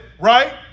right